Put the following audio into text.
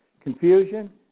confusion